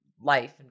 life